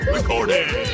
Recording